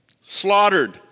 slaughtered